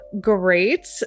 great